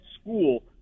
school